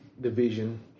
division